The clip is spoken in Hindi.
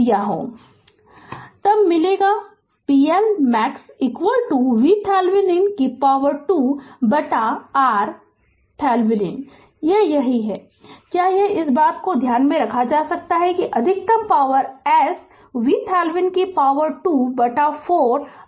Refer Slide Time 1006 तब मिलेगा मिलेगा pLmax VThevenin 2 बटा 4 RThevenin यह यही है क्या यह इस बात को ध्यान में रख सकता है कि अधिकतम पॉवर S VThevenin 2 बटा 4 RThevenin के बराबर है